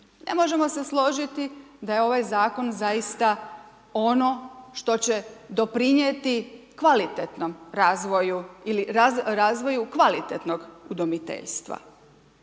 Ne možemo se složiti da je ovaj Zakon zaista ono što će doprinijeti kvalitetnom razvoju ili razvoju kvalitetnog udomiteljstva.